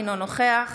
אינו נוכח